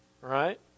Right